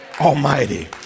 Almighty